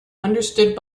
understood